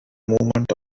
movement